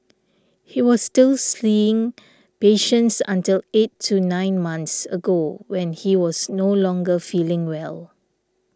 he was still seeing patients until eight to nine months ago when he was no longer feeling well